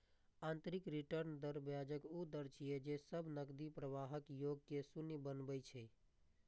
आंतरिक रिटर्न दर ब्याजक ऊ दर छियै, जे सब नकदी प्रवाहक योग कें शून्य बनबै छै